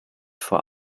vor